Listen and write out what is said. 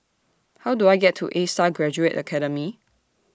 How Do I get to A STAR Graduate Academy